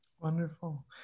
Wonderful